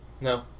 No